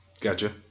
Gotcha